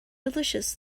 delicious